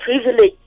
privilege